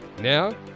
Now